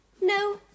No